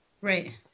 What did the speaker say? Right